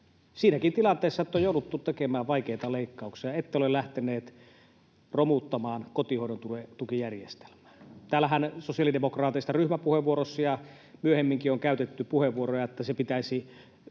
siinäkin tilanteessa, kun on jouduttu tekemään vaikeita leikkauksia, ette hallituksessa ole lähteneet romuttamaan kotihoidon tukijärjestelmää. Täällähän sosiaalidemokraattien ryhmäpuheenvuorossa ja myöhemminkin on käytetty puheenvuoroja, että sitä pitäisi